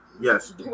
Yes